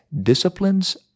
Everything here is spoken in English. Disciplines